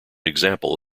example